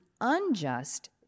unjust